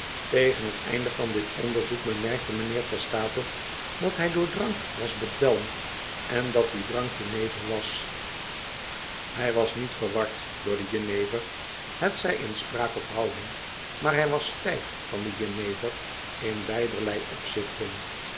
tegen t einde van dit onderzoek bemerkte mijnheer testator dat hij door drank was bedwelmd en dat die drank jenever was hij was niet verward door de jenever hetzij in spraak of houding maar hij was stijf van de jenever in beiderlei opzichten